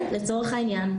כן, לצורך העניין.